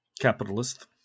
Capitalist